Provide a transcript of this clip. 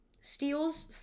Steals